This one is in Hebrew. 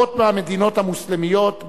רבות מהמדינות המוסלמיות,